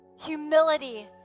humility